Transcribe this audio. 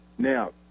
Now